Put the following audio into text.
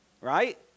Right